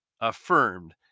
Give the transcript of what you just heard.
affirmed